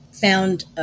found